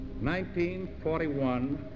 1941